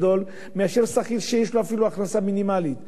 בוא נהיה ערניים כלפי הפניות שאנחנו מקבלים,